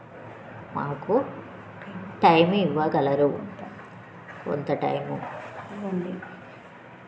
మాకు టైము ఇవ్వగలరు కొంత టైము